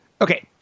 Okay